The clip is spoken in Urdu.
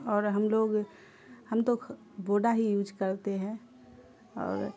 اور ہم لوگ ہم تو بوڈا ہی یوج کرتے ہیں اور